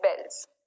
bells